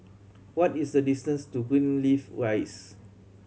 what is the distance to Greenleaf Rise